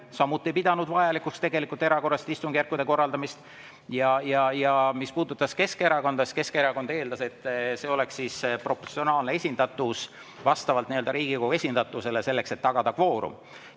samuti ei pidanud vajalikuks erakorraliste istungjärkude korraldamist. Ja mis puudutas Keskerakonda, siis Keskerakond eeldas, et see oleks siis proportsionaalne esindatus vastavalt Riigikogus esindatusele, selleks et tagada kvoorum.